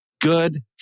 good